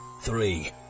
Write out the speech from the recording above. three